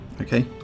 Okay